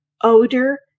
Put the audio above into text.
odor